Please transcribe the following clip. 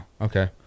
Okay